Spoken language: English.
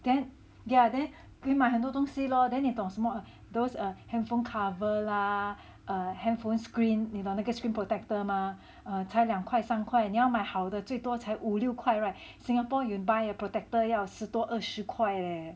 then then yeah 可以买很多东西 lor then 你懂什么 those err handphone cover lah err handphone screen 你懂那个 screen protector 吗才两块三块你要买好的最多才五六块 [right] Singapore you buy a protector 要十多二十块 leh